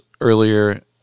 earlier